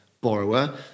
borrower